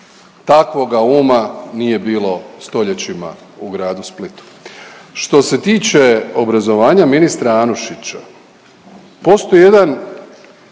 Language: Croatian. Takvoga uma nije bilo stoljećima u gradu Splitu. Što se tiče obrazovanja ministra Anušića postoji jedan